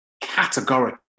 categorically